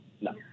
no